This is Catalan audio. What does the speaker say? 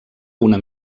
una